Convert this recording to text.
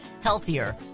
healthier